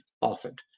offered